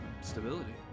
stability